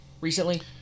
recently